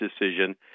decision